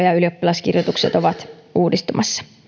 ja ylioppilaskirjoitukset ovat uudistumassa